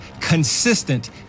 consistent